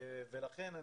לכן,